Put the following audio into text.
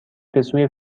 بسوی